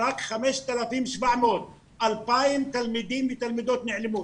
רק 5,700. 2,000 תלמידים ותלמידות נעלמו.